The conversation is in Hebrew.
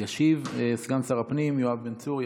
ישיב סגן שר הפנים יואב בן צור.